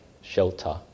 shelter